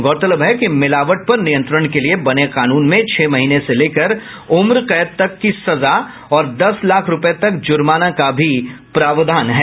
गौरतलब है कि मिलावट पर नियंत्रण के लिये बने कानून में छह महीने से लेकर उम्रकैद तक सजा और दस लाख रूपये तक जुर्माना का भी प्रावधान है